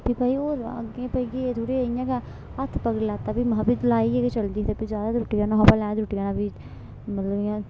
ते भाई होर अग्गें भाई केह् थोह्ड़े इयां गै हत्थ पकड़ी लैता फेर महां भाई लाइयै चलदी ते फ्ही ज्यादा त्रुट्टी जाना हा भलेआं त्रुट्टी जाना फ्ही मतलब इयां